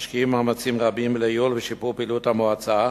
משקיעים מאמצים רבים לייעול ושיפור פעילות המועצה,